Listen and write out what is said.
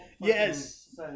Yes